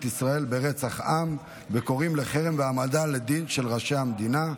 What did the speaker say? ישראל ברצח עם וקוראים לחרם והעמדה לדין של ראשי המדינה.